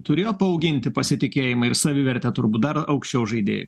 turėjo paauginti pasitikėjimą ir savivertę turbūt dar aukščiau žaidėjų